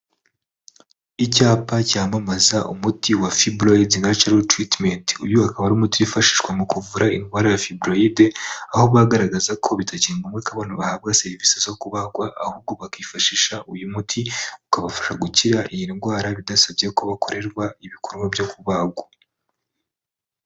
Icyapa cyamamaza umuti wa Fibroid Natural Treatment. Uyu akaba ari umuti wifashishwa mu kuvura indwara ya Fibroid, aho bagaragaza ko bitakigoye ko abantu bahabwa serivisi zo kubagwa ahubwo bakifashisha uyu muti ukabafasha gukira iyi ndwara, bidasabye ko bakorerwa ibikorwa byo kubagwa.